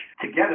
together